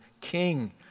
King